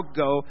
go